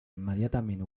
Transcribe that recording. immediatament